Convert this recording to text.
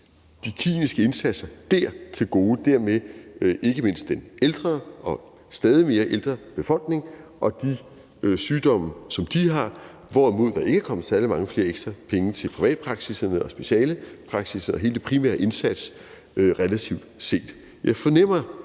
de kliniske indsatser der til gode og dermed ikke mindst den ældre og stadig ældre befolkning og de sygdomme, som de har, hvorimod der ikke er kommet særlig mange flere ekstra penge til privatpraksisser og specialpraksisser og hele den primære relativt set. Jeg fornemmer,